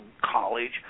college